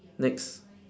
next